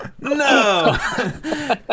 no